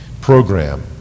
program